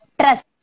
Trust